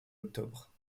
octobre